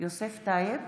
יוסף טייב,